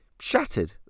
Shattered